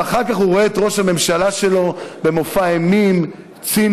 ואחר כך הוא רואה את ראש הממשלה שלו במופע אימים ציני.